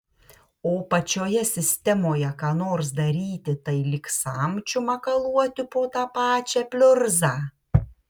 o pačioje sistemoje ką nors daryti tai lyg samčiu makaluoti po tą pačią pliurzą